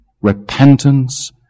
repentance